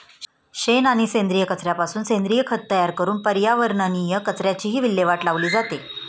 शेण आणि सेंद्रिय कचऱ्यापासून सेंद्रिय खत तयार करून पर्यावरणीय कचऱ्याचीही विल्हेवाट लावली जाते